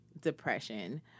depression